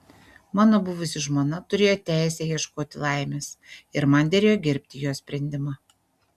mano buvusi žmona turėjo teisę ieškoti laimės ir man derėjo gerbti jos sprendimą